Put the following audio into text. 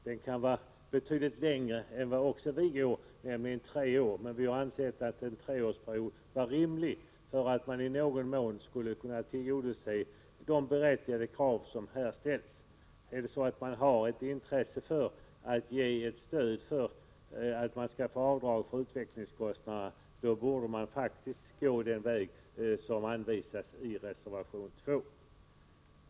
Det kan röra sig om en betydligt längre tid än vårt förslag till tidsgräns, nämligen tre år, men vi har ansett att en treårsperiod är rimlig för att man i någon mån skall kunna tillgodose de berättigade krav som ställs. Är det så att man har ett intresse av att ge stöd till ett avdrag för utvecklingskostnaderna, borde man faktiskt gå den väg som anvisas i reservation 2.